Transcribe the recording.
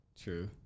True